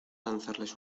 lanzarles